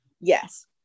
Yes